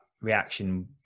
reaction